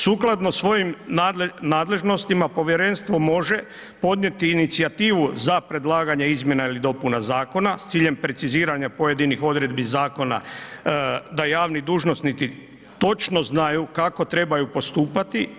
Sukladno svojim nadležnostima povjerenstvo može podnijeti inicijativu za predlaganje izmjena ili dopuna zakona s ciljem preciziranja pojedinih odredbi zakona da javni dužnosnici točno znaju kako trebaju postupati.